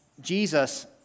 Jesus